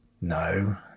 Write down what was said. No